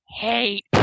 hate